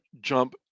jump